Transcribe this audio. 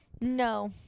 No